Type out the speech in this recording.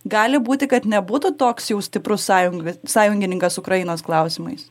gali būti kad nebūtų toks jau stiprus sąjungo sąjungininkas ukrainos klausimais